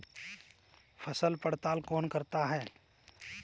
फसल पड़ताल कौन करता है?